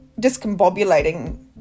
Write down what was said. discombobulating